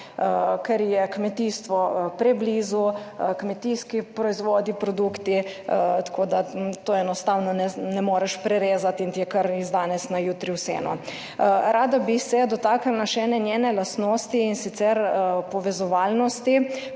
ker je kmetijstvo preblizu, kmetijski proizvodi, produkti, tako da to enostavno ne moreš prerezati in ti je kar iz danes na jutri vseeno. Rada bi se dotaknila še ene njene lastnosti, in sicer povezovalnosti.